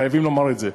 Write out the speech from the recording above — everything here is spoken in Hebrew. חייבים לומר את זה,